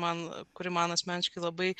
man kuri man asmeniškai labai